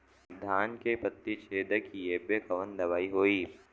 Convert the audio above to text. धान के पत्ती छेदक कियेपे कवन दवाई होई?